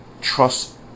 trust